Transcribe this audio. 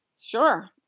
Sure